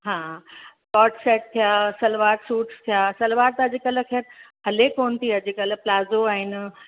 हा cord set थिया salwar suits थिया सलवार त अॼुकल्ह ख़ैरु हले कोन थी अॼुकल्ह प्लाज़ो आहिनि